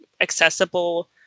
accessible